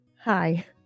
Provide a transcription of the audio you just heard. Hi